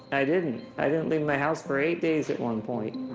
i didn't. i didn't leave my house for eight days at one point.